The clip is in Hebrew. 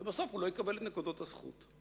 ובסוף הוא לא יקבל את נקודות הזכות.